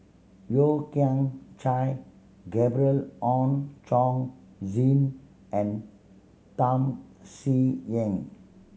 Yeo Kian Chai Gabriel Oon Chong Jin and Tham Sien Yen